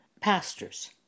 pastors